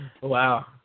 Wow